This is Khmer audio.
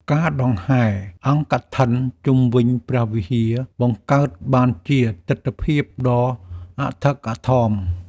ការដង្ហែរអង្គកឋិនជុំវិញព្រះវិហារ បង្កើតបានជាទិដ្ឋភាពដ៏អធិកអធម។